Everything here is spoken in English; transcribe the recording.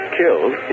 killed